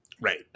Right